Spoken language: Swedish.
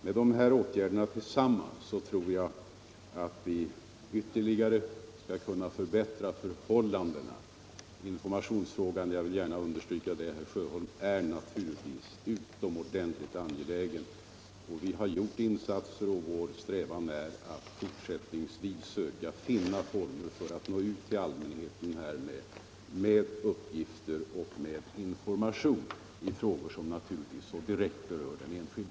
Med dessa åtgärder sammantagna kan vi ytterligare förbättra förhållandena. Jag vill gärna understryka att informationssidan är utomordentligt viktig. Vi har gjort insatser där, och vår strävan är att fortsättningsvis försöka finna former för att nå ut till allmänheten med uppgifter och information i dessa frågor som så direkt berör den enskilde.